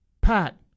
Pat